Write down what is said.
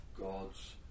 God's